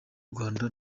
rwanda